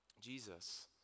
Jesus